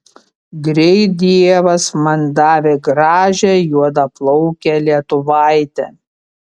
greit dievas man davė gražią juodaplaukę lietuvaitę